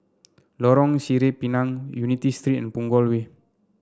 Lorong Sireh Pinang Unity Street and Punggol Way